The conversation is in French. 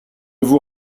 vous